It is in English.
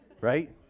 right